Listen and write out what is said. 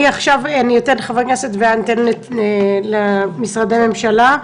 עכשיו אתן לחבר כנסת ומשרדי ממשלה.